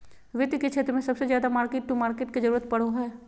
वित्त के क्षेत्र मे सबसे ज्यादा मार्किट टू मार्केट के जरूरत पड़ो हय